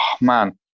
man